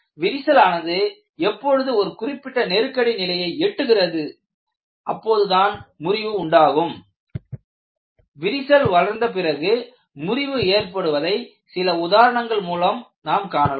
விரிசலானது எப்பொழுது ஒரு குறிப்பிட்ட நெருக்கடி நிலையை எட்டுகிறதோ அப்போது தான் முறிவு உண்டாகும் விரிசல் வளர்ந்தபிறகு முறிவு ஏற்படுவதை சில உதாரணங்கள் மூலம் நாம் காணலாம்